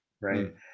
right